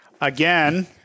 Again